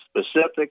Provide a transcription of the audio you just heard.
specific